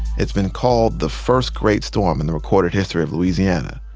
it's been called the first great storm in the recorded history of louisiana.